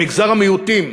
במגזר המיעוטים